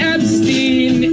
Epstein